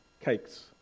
cakes